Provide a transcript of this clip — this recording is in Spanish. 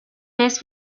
vez